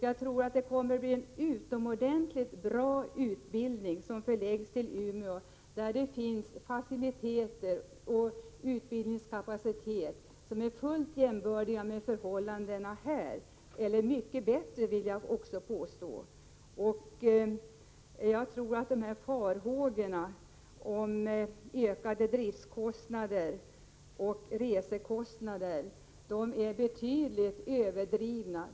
Jag tror att det kommer att bli en utomordentligt bra utbildning som förläggs till Umeå, där det finns faciliteter och utbildningskapacitet som är fullt jämförbara med förhållandena här, eller mycket bättre vill jag nog påstå. Farhågorna för ökade driftskostnader och resekostnader är betydligt överdrivna.